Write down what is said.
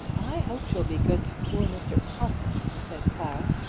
i hope she'll be good to poor mr. possit, said clara,